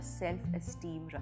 self-esteem